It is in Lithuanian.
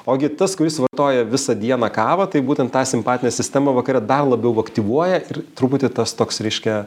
ogi tas kuris vartoja visą dieną kavą tai būtent tą simpatinę sistemą vakare dar labiau aktyvuoja ir truputį tas toks reiškia